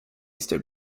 stood